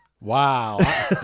Wow